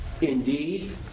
indeed